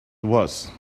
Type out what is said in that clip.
was